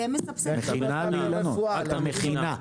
את המכינה.